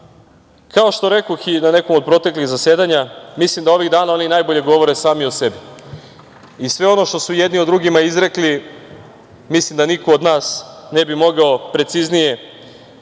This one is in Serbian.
što rekoh i na nekom od proteklih zasedanja, mislim da ovih dana oni najbolje govore sami o sebi i sve ono što su jedni o drugima izrekli mislim da niko od nas ne bi mogao preciznije